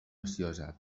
ociosa